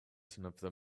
certain